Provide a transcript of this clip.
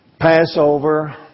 Passover